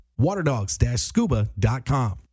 waterdogs-scuba.com